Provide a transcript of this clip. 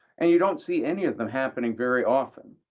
and you don't see any of them happening very often.